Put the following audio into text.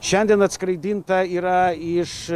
šiandien atskraidinta yra iš